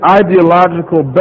ideological